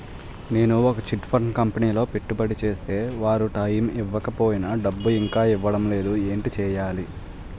నేను ఒక chit fund కంపెనీలో పెట్టుబడి చేస్తే వారు టైమ్ ఇవ్వకపోయినా డబ్బు ఇంకా ఇవ్వడం లేదు ఏంటి చేయాలి?